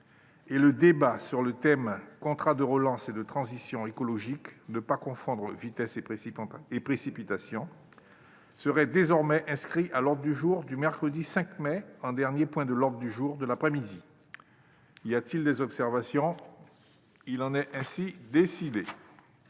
et le débat sur le thème :« Contrat de relance et de transition écologique, ne pas confondre vitesse et précipitation » serait désormais inscrit à l'ordre du jour du mercredi 5 mai en dernier point de l'ordre du jour de l'après-midi. Y a-t-il des observations ?... Il en est ainsi décidé.